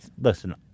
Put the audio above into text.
Listen